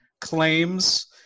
claims